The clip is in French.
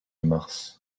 mars